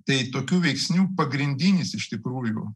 tai tokių veiksnių pagrindinis iš tikrųjų